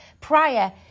prior